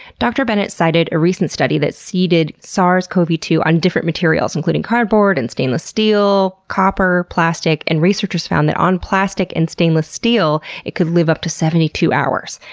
dr. bennett cited a recent study that seeded sars cov two on different materials, including cardboard, and stainless steel, copper, and plastic. and researchers found that on plastic and stainless steel, it could live up to seventy two hours.